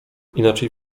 inaczej